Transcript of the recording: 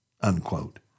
unquote